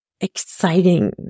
exciting